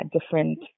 different